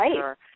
Right